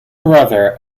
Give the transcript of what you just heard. brother